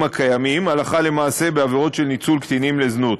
הקיימים הלכה למעשה בעבירות של ניצול קטינים לזנות.